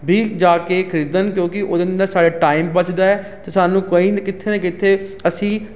ਵੀ ਜਾ ਕੇ ਖਰੀਦਣ ਕਿਉਂਕਿ ਉਹਦੇ ਨਾਲ ਸਾਡਾ ਟਾਈਮ ਬਚਦਾ ਹੈ ਅਤੇ ਸਾਨੂੰ ਕੋਈ ਨਾ ਕਿੱਥੇ ਨਾ ਕਿੱਥੇ ਅਸੀਂ